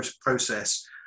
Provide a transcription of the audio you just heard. process